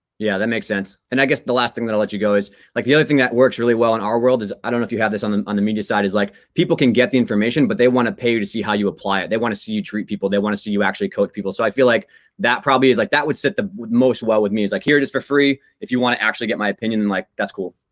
yeah, that makes sense. and i guess the last thing that i'll let you go is like the only thing that works really well in our world is, i don't know if you have this on the and media side, is like people can get the information but they want to pay you to see how you apply it. they want to see you treat people, they want to see you actually coach people. so i feel like that probably is like, that would sit the most well with me is like here just it is for free, if you want to actually get my opinion, that's cool.